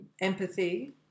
empathy